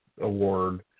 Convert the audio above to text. award